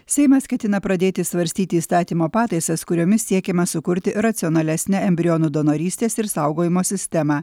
seimas ketina pradėti svarstyti įstatymo pataisas kuriomis siekiama sukurti racionalesnę embrionų donorystės ir saugojimo sistemą